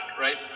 right